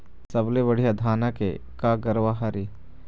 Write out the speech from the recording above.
सबले बढ़िया धाना के का गरवा हर ये?